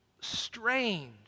strange